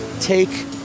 take